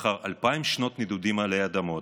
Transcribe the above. לאחר אלפיים שנות נדודים עלי אדמות,